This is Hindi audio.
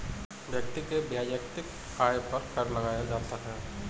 व्यक्ति के वैयक्तिक आय पर कर लगाया जाता है